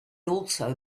also